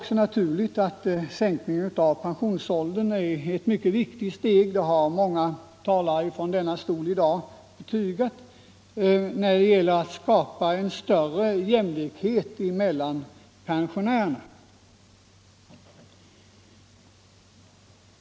Sänkningen av pensionsåldern är ett mycket viktigt steg — det har i dag många betygat från denna talarstol — när det gäller att skapa större jämlikhet mellan pensionärerna.